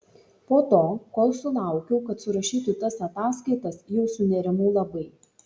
po to kol sulaukiau kad surašytų tas ataskaitas jau sunerimau labai